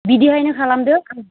बिदिहायनो खालामदो